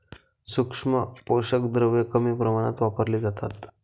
सूक्ष्म पोषक द्रव्ये कमी प्रमाणात वापरली जातात